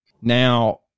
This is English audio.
Now